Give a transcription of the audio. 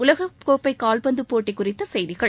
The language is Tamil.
உலகக்கோப்பை கால்பந்து போட்டி குறித்த செய்திகள்